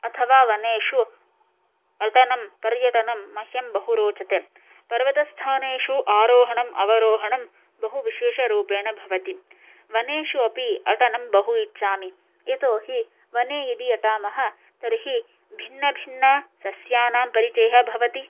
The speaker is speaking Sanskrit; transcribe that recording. अथवा वनेषु अटनं पर्यटनं मह्यं बहु रोचते पर्वस्थानेषु आरोहणम् अवरोहणं बहुविशेषरूपेण भवति वनेषु अपि अटनं बहु इच्छामि यतोहि वने यदि अटामः तर्हि भिन्नभिन्नसस्यानां परिचयः भवति